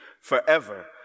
forever